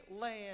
land